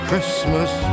Christmas